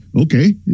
okay